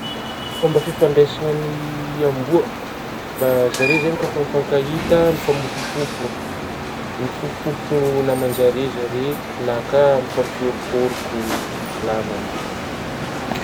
Fomba fifandraisagny amboa, ma zareo zagny ka refa mifankahita mifamofompofo mifofofofo namanzare zare na ka mifampihorokoroko namagny.